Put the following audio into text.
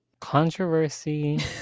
controversy